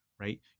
right